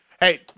Hey